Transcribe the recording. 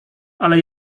ale